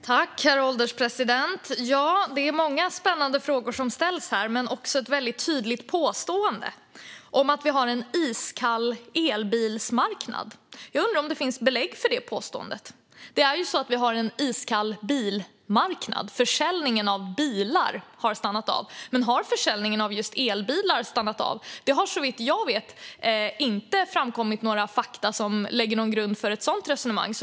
Herr ålderspresident! Det är många spännande frågor som ställs här. Men det görs också ett väldigt tydligt påstående om att vi har en iskall elbilsmarknad. Jag undrar om det finns belägg för det påståendet. Vi har en iskall bilmarknad. Försäljningen av bilar har stannat av. Men har försäljningen av just elbilar stannat av? Det har såvitt jag vet inte framkommit några fakta som lägger någon grund för ett sådant resonemang.